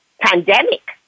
pandemic